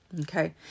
Okay